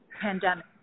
pandemic